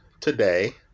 today